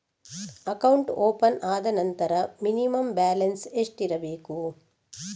Account open ಆದ ನಂತರ minimum balance ಎಷ್ಟಿರಬೇಕು?